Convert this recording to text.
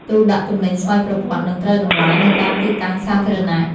ទូដាក់ទំនិញស្វ័យប្រវត្តិ នឹងត្រូវដំឡើងនៅតាមទីតាំងសាធារណៈ។